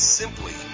simply